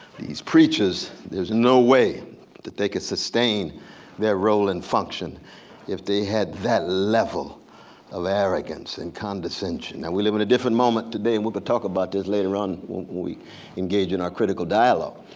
these preachers, there's no way that they could sustain their role and function if they had that level of arrogance and condescension. now we live in a different moment today, and we'll but talk about this later on when we engage in our critical dialogue,